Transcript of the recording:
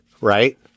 right